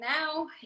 now